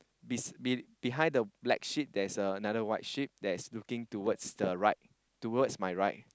be be behind the black sheep there's another white sheep that's looking towards the right towards my right